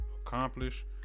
accomplish